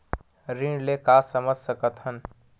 ऋण ले का समझ सकत हन?